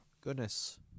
goodness